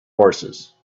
horses